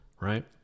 right